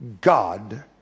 God